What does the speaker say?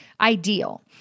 ideal